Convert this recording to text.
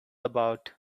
about